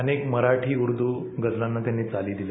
अनेक मराठी उर्द गझलांनी त्यांनी चाली रचल्या